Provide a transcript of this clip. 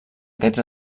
aquests